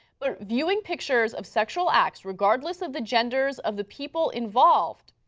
but viewing pictures of sexual acts, regardless of the genders of the people involved,